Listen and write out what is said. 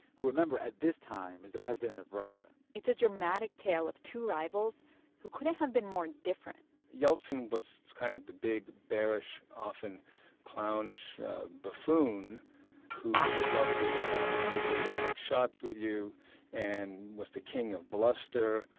who, remember, at this time, is the president of russia it's a dramatic tale of two rivals who couldn't have been more different yeltsin was kind of the big, bearish, often clownish buffoon who would love to obviously drink shots with you and was the king of bluster.